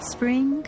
Spring